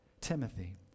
Timothy